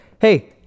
hey